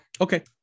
Okay